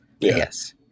Yes